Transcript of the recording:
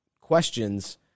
questions